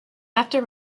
after